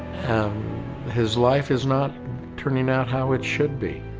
um his life is not turning out how it should be,